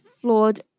flawed